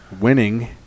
winning